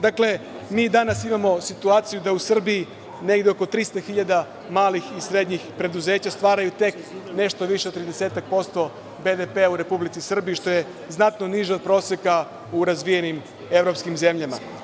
Dakle, mi danas imamo situaciju da u Srbiji negde oko 300.000 malih i srednjih preduzeća stvaraju nešto više od tridesetak posto BDP u Republici Srbiji, što je znatno niže od proseka u razvijenim evropskim zemljama.